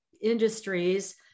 Industries